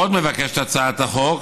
עוד מבקשת הצעת החוק